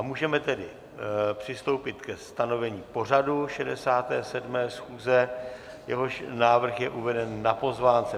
Můžeme tedy přistoupit ke stanovení pořadu 67. schůze, jehož návrh je uveden na pozvánce.